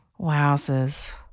Wowzers